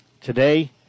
today